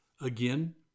Again